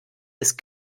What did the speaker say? ist